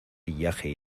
villaje